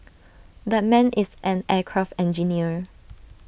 that man is an aircraft engineer